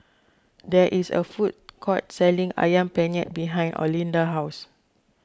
there is a food court selling Ayam Penyet behind Olinda's house